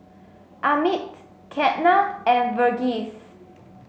Amit Ketna and Verghese